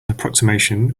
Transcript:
approximation